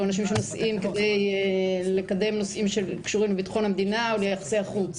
או אנשים שנוסעים כדי לקדם נושאים שקשורים לביטחון המדינה וליחסי החוץ,